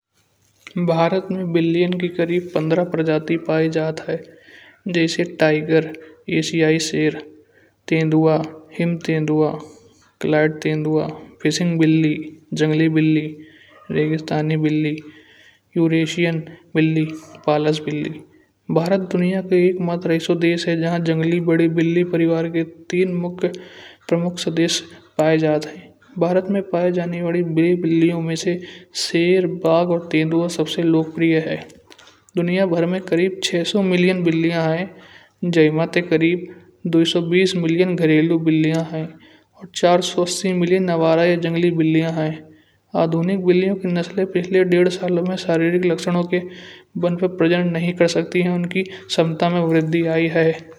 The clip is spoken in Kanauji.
भारत में बिलियन की करीब पंद्रह प्रजाति पाई जात है। जैसे टाइगर एशियाई, शेर, तेंदुआ, हिम तेंदुआ, क्लार्ड तेंदुआ, फिशिंग बिल्ली, जंगली बिल्ली रेगिस्तानी बिल्ली, यूरोसियन बिल्ली। भारत दुनिया के एक मात्र ऐसो देश है जहां जंगली बड़ी बिल्ली परिवार के तीन मुख्य सदस्य पाए जाते हैं। भारत में पाए जाने वाली बिलियों में से शेर, बाघ और तेंदुआ सबसे लोकप्रिय हैं। दुनिया भर में करीब छह सौ मिलियन बिलियन हैं जिनमें से करीब दो सौ बीस मिलियन घरेलू बिलियन हैं। और चार सौ अस्सी मिलियन नवारा जंगली बिलियन हैं आधुनिक बिलियों के नस्लें पिछले डेढ़ साल में शारीरिक लक्षणों के बैन पर प्रस्तुत नहीं कर सकती हैं उनकी क्षमता में वृद्धि है।